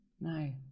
No